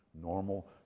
Normal